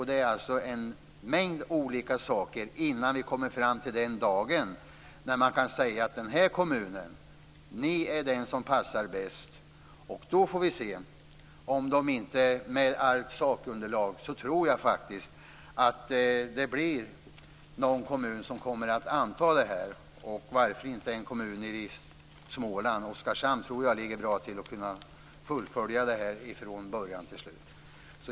Det sker en mängd olika saker innan vi kommer fram till den dag man kan säga att det är den här kommunen som passar bäst. Då får vi se. Med allt sakunderlag tror jag faktiskt att det blir någon kommun som kommer att anta detta, varför inte en kommun nere i Småland. Oskarshamn tror jag ligger bra till för att kunna fullfölja detta från början till slut.